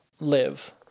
live